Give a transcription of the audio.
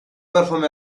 perform